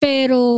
Pero